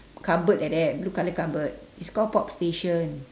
cupboard like that blue color cupboard it's called pop station